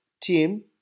team